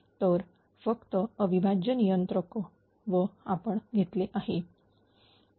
तर फक्त अविभाज्य नियंत्रक व आपण घेतले आहे